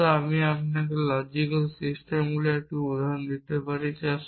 মূলত আমি আপনাকে লজিক্যাল সিস্টেমগুলির একটি উদাহরণ দিতে পারি